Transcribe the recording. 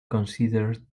considered